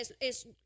Es